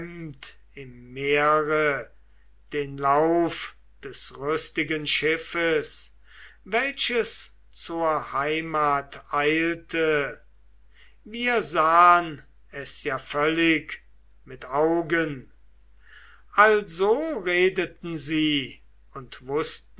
im meere den lauf des rüstigen schiffes welches zur heimat eilte wir sahn es ja völlig mit augen also redeten sie und wußten